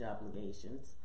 obligations